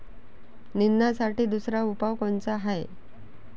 निंदनासाठी दुसरा उपाव कोनचा हाये?